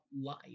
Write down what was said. life